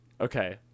Okay